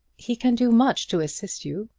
he can do much to assist you.